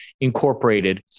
incorporated